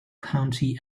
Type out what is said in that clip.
county